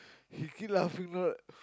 he keep laugh not